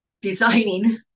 designing